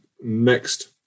next